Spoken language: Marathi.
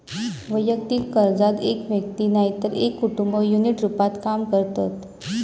वैयक्तिक कर्जात एक व्यक्ती नायतर एक कुटुंब युनिट रूपात काम करतत